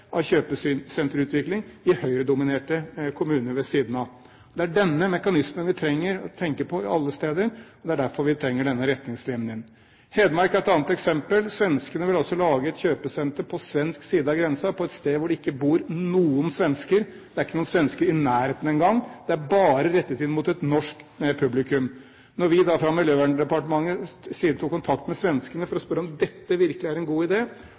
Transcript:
vekk av kjøpesenterutvikling i Høyre-dominerte kommuner ved siden av. Det er denne mekanismen vi trenger å tenke på alle steder. Det er derfor vi trenger denne retningslinjen. Hedmark er et annet eksempel. Svenskene ville lage et kjøpesenter på svensk side av grensen, på et sted hvor det ikke bor noen svensker. Det er ikke noen svensker i nærheten engang. Det er bare rettet inn mot et norsk publikum. Da vi fra Miljøverndepartementets side tok kontakt med svenskene for å spørre om dette virkelig var en god